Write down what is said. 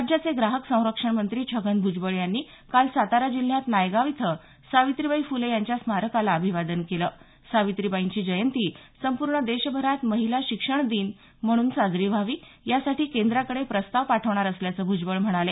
राज्याचे ग्राहक संरक्षण मंत्री छगन भूजबळ यांनी काल सातारा जिल्ह्यात नायगाव इथं सावित्रीबाई फुले यांच्या स्मारकाला अभिवादन केलं सावित्रीबाईंची जयंती संपूर्ण देशभरात महिला शिक्षण दिनम्हणून साजरी व्हावी यासाठी केंद्राकडे प्रस्ताव पाठवणार असल्याचं भुजबळ म्हणाले